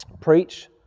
preach